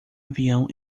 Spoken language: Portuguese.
avião